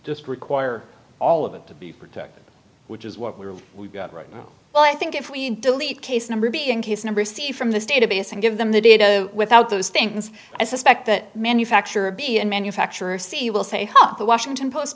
just require all of it to be protected which is what we're we've got right now well i think if we delete case number being case number see from this database and give them the data without those things i suspect that manufacturer b and manufacturer c will say the washington post